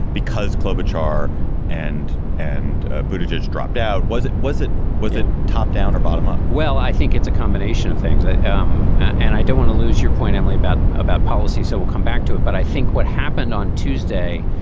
because klobuchar and and ah but it's dropped out. was it was it was a top down or bottom up? well, i think it's a combination of things. um and i don't want to lose your point, emily, about about policy. so we'll come back to it. but i think what happened on tuesday,